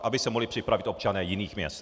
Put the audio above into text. Aby se mohli připravit občané jiných měst.